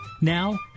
Now